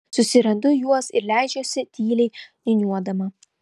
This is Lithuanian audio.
susirandu juos ir leidžiuosi tyliai niūniuodama